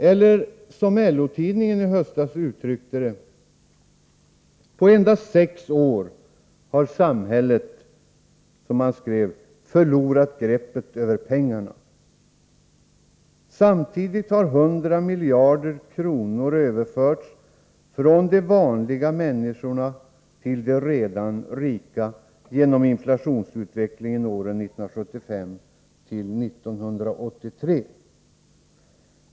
Eller, som LO-tidningen uttryckte det i höstas: På endast sex år har samhället ”förlorat greppet över pengarna”. Samtidigt har 100 miljarder kronor överförts från vanliga människor till de redan rika genom inflationsutvecklingen åren 1975-1983.